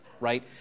right